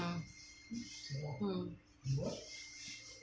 mm mm